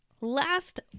last